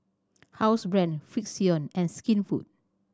Housebrand Frixion and Skinfood